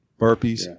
burpees